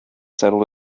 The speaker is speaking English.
settled